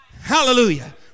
Hallelujah